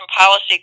Policy